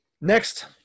Next